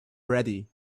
ready